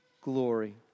glory